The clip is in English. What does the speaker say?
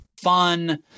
fun